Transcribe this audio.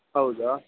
ಹೌದಾ